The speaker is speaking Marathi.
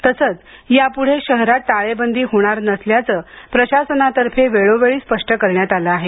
तसंच यापुढे शहरात टाळेबंदी होणार नसल्याचे प्रशासनातर्फे वेळोवेळी स्पष्ट करण्यात आले आहे